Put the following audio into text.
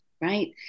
right